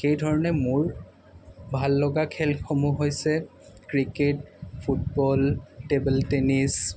সেইধৰণে মোৰ ভাল লগা খেলসমূহ হৈছে ক্ৰিকেট ফুটবল টেবল টেনিছ